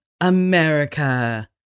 America